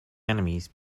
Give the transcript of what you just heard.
enemies